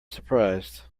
surprised